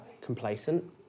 complacent